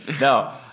No